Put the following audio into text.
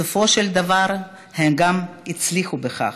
בסופו של דבר הם גם הצליחו בכך.